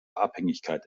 abhängigkeit